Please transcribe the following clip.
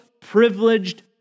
privileged